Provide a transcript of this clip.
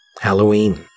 Halloween